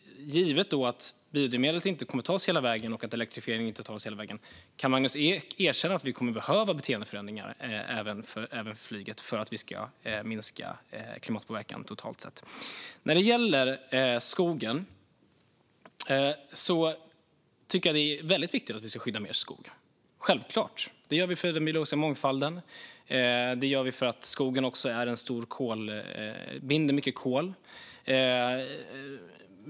Kan Magnus Ek erkänna att vi kommer att behöva beteendeförändringar även när det gäller flyget, givet att biodrivmedel och elektrifiering inte tar oss hela vägen, för att vi ska minska klimatpåverkan totalt sett? Jag tycker självklart att det är väldigt viktigt att vi ska skydda mer skog för att värna om mångfalden och också för att skogen binder mycket kol.